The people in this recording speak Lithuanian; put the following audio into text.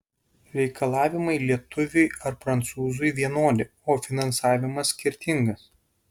reikalavimai lietuviui ar prancūzui vienodi o finansavimas skirtingas